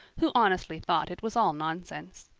who honestly thought it was all nonsense.